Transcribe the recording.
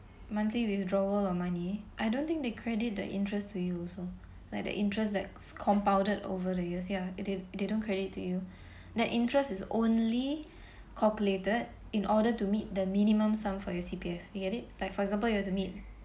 monthly withdrawal of money I don't think they credit the interest to you also like the interest likes compounded over the years yeah it did they don't credit to you then interest is only calculated in order to meet the minimum sum for your C_P_F you get it like for example you have to meet